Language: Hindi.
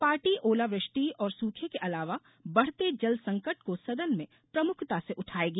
पार्टी ओलावृष्टि और सूखे के अलावा बढ़ते जलसंकट को सदन में प्रमुखता से उठायेंगी